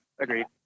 agreed